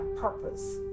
purpose